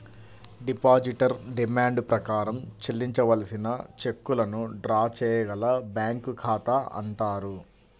depositor demand ప్రకారం చెల్లించవలసిన చెక్కులను డ్రా చేయగల బ్యాంకు ఖాతా అంటారు